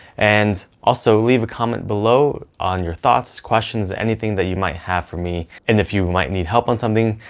and also leave a comment below on your thoughts, questions, anything that you might have for me. and if you might need help on something,